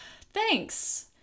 Thanks